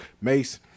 Mace